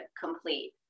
complete